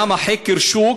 גם חקר שוק,